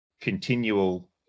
continual